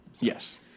Yes